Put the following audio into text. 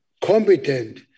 competent